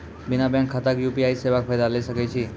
बिना बैंक खाताक यु.पी.आई सेवाक फायदा ले सकै छी?